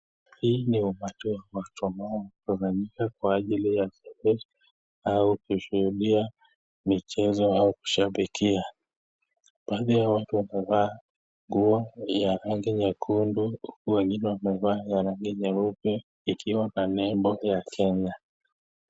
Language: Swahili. Hii ni umati wa watu ambao wamekusanyika kwa ajili ya spoti au kushuhudia michezo au kushabikia. Pale watu wamevaa nguo ya rangi nyekundu huku wengine wamevaa ya rangi nyeupe ikiwa na nembo ya Kenya.